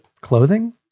clothing